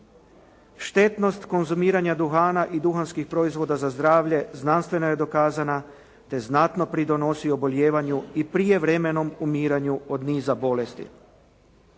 Štetnost konzumiranja duhana i duhanskih proizvoda za zdravlje znanstveno je dokazana te znatno pridonosi obolijevanju i prijevremenom umiranju od niza bolesti.